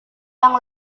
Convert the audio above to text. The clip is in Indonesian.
yang